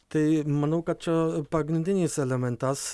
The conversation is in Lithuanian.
tai manau kad čia pagrindinis elementas